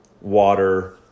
water